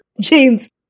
James